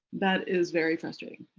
that is very frustrating.